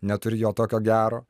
neturi jo tokio gero